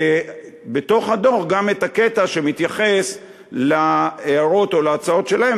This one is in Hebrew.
ובתוך הדוח גם את הקטע שמתייחס להערות או להצעות שלהם,